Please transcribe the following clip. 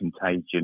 contagion